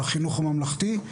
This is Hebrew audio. החינוך הממלכתי,